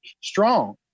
strong